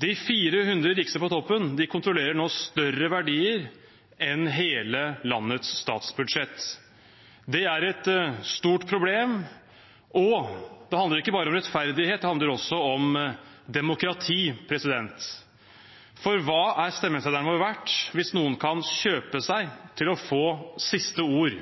De 400 rikeste på toppen kontrollerer nå større verdier enn hele landets statsbudsjett. Det er et stort problem, og det handler ikke bare om rettferdighet, det handler også om demokrati. For hva er stemmeseddelen vår verdt hvis noen kan kjøpe seg til å få siste ord,